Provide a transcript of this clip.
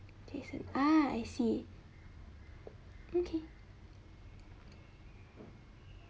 ah I see okay